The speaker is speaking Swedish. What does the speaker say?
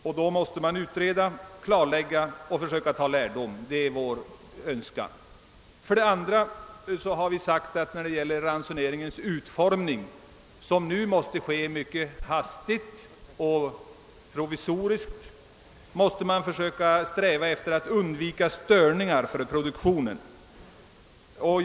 Att man skall utreda, klarlägga och försöka ta lärdom är alltså vår önskan. För det andra har vi sagt att man i samband med ransoneringen, som nu måst utformas mycket hastigt och provisoriskt, måste sträva efter att undvika störningar i produktionen.